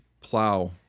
plow